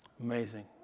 Amazing